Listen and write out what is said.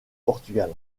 portugal